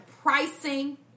pricing